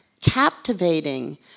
captivating